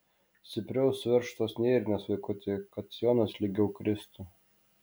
stipriau suveržk tuos nėrinius vaikuti kad sijonas lygiau kristų